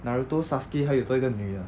naruto sasuke 还有多一个女的